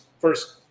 first